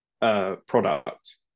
product